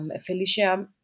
Felicia